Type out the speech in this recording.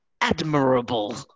admirable